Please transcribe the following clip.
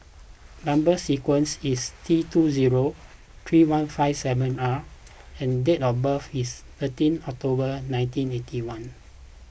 Number Sequence is T two zero three one five seven R and date of birth is thirteenth October nineteen eighty one